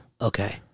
Okay